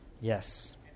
Yes